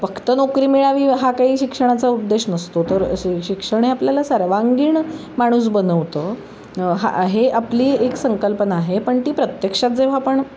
फक्त नोकरी मिळावी हा काही शिक्षणाचा उद्देश नसतो तर शि शिक्षण हे आपल्याला सर्वांगीण माणूस बनवतं हा हे आपली एक संकल्पना आहे पण ती प्रत्यक्षात जेव्हा आपण